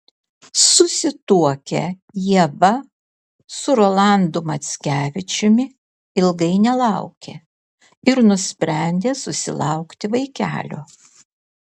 susituokę ieva su rolandu mackevičiumi ilgai nelaukė ir nusprendė susilaukti vaikelio